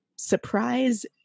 surprise